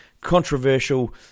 controversial